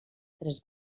tres